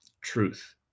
Truth